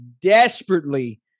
desperately